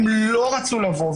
הן לא רצו לבוא,